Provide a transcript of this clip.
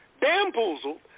bamboozled